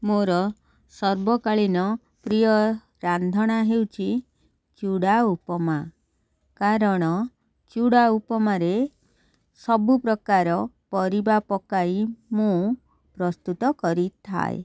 ମୋର ସର୍ବକାଳୀନ ପ୍ରିୟ ରାନ୍ଧଣା ହେଉଛି ଚୁଡ଼ା ଉପମା କାରଣ ଚୁଡ଼ା ଉପମାରେ ସବୁପ୍ରକାର ପରିବା ପକାଇ ମୁଁ ପ୍ରସ୍ତୁତ କରିଥାଏ